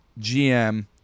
GM